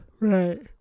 Right